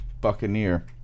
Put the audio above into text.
Buccaneer